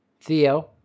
Theo